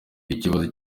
ikibazo